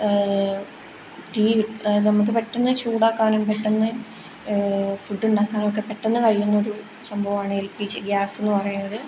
തീ നമുക്ക് പെട്ടെന്ന് ചൂടാക്കാനും പെട്ടെന്ന് ഫുഡ് ഉണ്ടാക്കാനൊക്കെ പെട്ടെന്ന് കഴിയുന്നൊരു സംഭവമാണ് എൽ പി ജി ഗ്യാസ് എന്ന് പറയുന്നത്